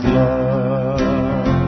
love